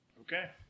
Okay